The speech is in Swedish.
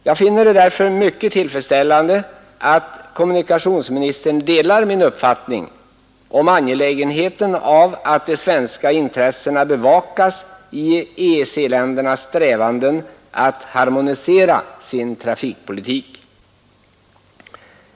Jag finner det därför mycket tillfredsställande att kommunikationsministern delar min uppfattning om angelägenheten av att de svenska intressena bevakas i EEC-ländernas strävanden att harmonisera sin trafikpolitik.